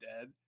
dead